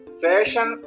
fashion